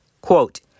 Quote